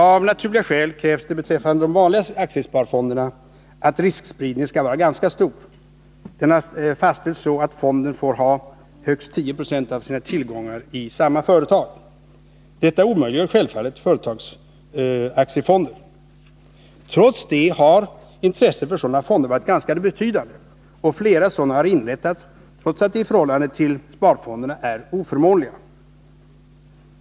Av naturliga skäl krävs det beträffande de vanliga aktiesparfonderna att riskspridningen skall vara ganska stor. Den har fastställts så att fonden får ha högst 10 96 av sina tillgångar i samma företag. Detta omöjliggör självfallet företagsaktiefonder. Trots detta har intresset för sådana fonder varit ganska betydande, och flera sådana har inrättats fastän de i förhållande till sparfonderna är oförmånliga.